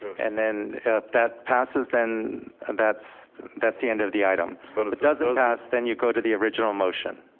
and then that passes then and that's that's the end of the item. but if it doesn't pass, then you go to the original motion.